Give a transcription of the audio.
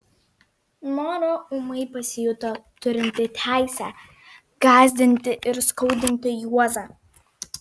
nora ūmai pasijuto turinti teisę gąsdinti ir skaudinti juozą